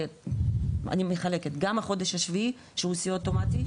אני מחלקת גם החודש השביעי שהוא סיוע אוטומטי,